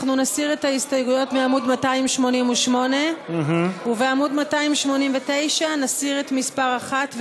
אנחנו נסיר את ההסתייגויות מעמוד 288. ובעמוד 289 נסיר את מס' 1,